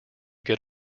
get